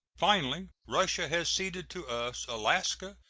finally, russia has ceded to us alaska,